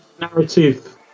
narrative